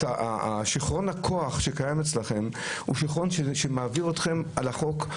שכרון הכוח שקיים אצלכם הוא שכרון שמעביר אתכם על החוק,